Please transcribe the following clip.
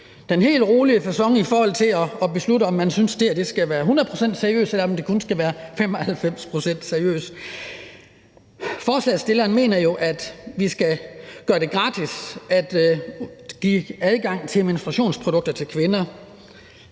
den helt rolige facon i forhold til at beslutte, om man synes, at det her skal være 100 pct. seriøst, eller om det kun skal være 95 pct. seriøst. Forslagsstillerne mener jo, at vi skal give gratis adgang til menstruationsprodukter til kvinder.